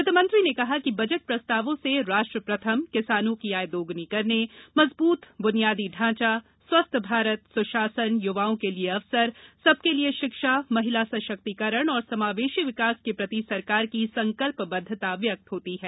वित मंत्री ने कहा कि बजट प्रस्तावों से राष्ट्र प्रथम किसानों की आय दोग्नी करने मजबूत बुनियादी ढांचा स्वस्थ भारत सुशासन युवाओं के लिए अवसर सबके लिए शिक्षा महिला सशक्तिकरण और समावेशी विकास के प्रति सरकार की संकलपबद्धता व्यक्त होती है